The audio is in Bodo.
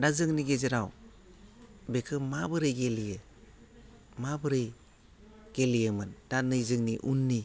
दा जोंनि गेजेराव बेखौ माबोरै गेलेयो माबोरै गेलेयोमोन दा नै जोंनि उननि